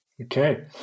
Okay